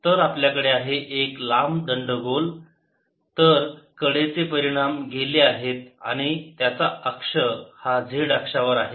तर आपल्याकडे एक लांब दंडगोल आहे तर फ्रीन्ज परिणाम गेले आहेत आणि त्याचा अक्ष हा z अक्षावर आहे